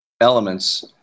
elements